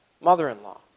mother-in-law